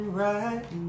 right